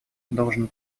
должен